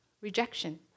rejection